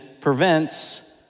Prevents